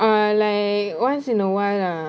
uh like once in a while lah